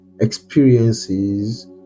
experiences